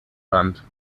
band